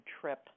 trip